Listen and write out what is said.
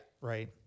Right